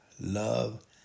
love